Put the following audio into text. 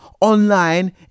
online